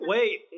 Wait